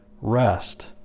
rest